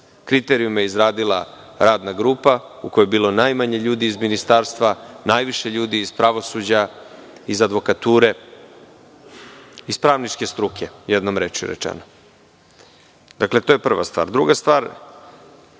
Kriterijume je izradila radna grupa u kojoj je bilo najmanje ljudi iz ministarstva, najviše iz pravosuđa, advokature, iz pravničke struke, jednom rečju. To je prva stvar. Druga stvar,